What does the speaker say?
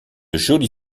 jolie